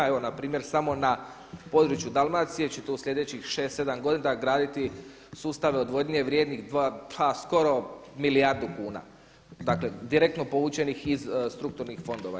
Evo npr. samo na području Dalmacije ćete u sljedećih 6, 7 godina graditi sustave odvodnje vrijednih pa skoro milijardu kuna, dakle direktno povučenih iz strukturnih fondova.